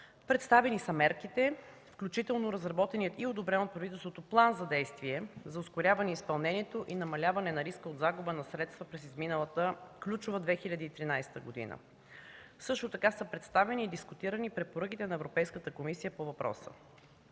Представени са мерките, включително разработеният и одобрен от правителството план за действие за ускоряване на изпълнението и намаляване на риска от загуба на средства през изминалата ключова 2013 г. Също така са представени и дискутирани препоръките на Европейската комисия по въпроса.